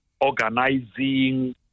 Organizing